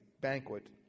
banquet